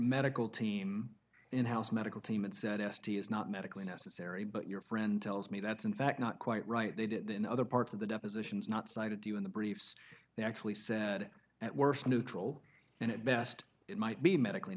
medical team in house medical team and said s t is not medically necessary but your friend tells me that's in fact not quite right they did in other parts of the depositions not cited to you in the briefs they actually said at worst neutral and at best it might be medically